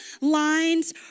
lines